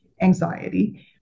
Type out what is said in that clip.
anxiety